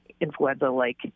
influenza-like